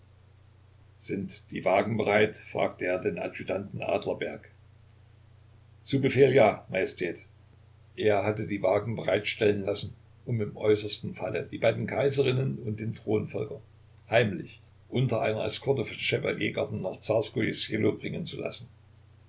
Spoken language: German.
sind die wagen bereit fragte er den adjutanten adlerberg zu befehl ja majestät er hatte die wagen bereitstellen lassen um im äußersten falle die beiden kaiserinnen und den thronfolger heimlich unter einer eskorte von chevaliergarden nach zarskoje ssielo bringen zu lassen